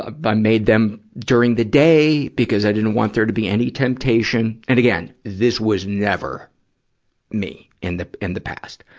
ah but i made them during them the day, because i didn't want there to be any temptation. and again, this was never me in the, in the past.